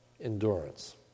endurance